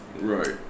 right